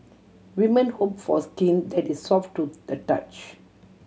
women hope for skin that is soft to the touch